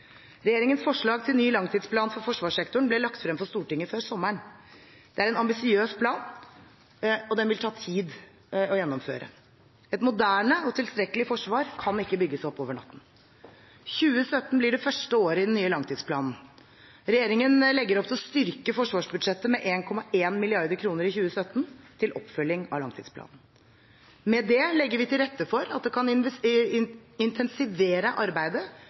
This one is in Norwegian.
Regjeringens forslag til ny langtidsplan for forsvarssektoren ble lagt frem for Stortinget før sommeren. Det er en ambisiøs plan, og den vil ta tid å gjennomføre. Et moderne og tilstrekkelig forsvar kan ikke bygges opp over natten. 2017 blir det første året i den nye langtidsplanen. Regjeringen legger opp til å styrke forsvarsbudsjettet med 1,1 mrd. kr i 2017 til oppfølging av langtidsplanen. Med det legger vi til rette for at vi kan intensivere arbeidet